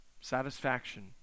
Satisfaction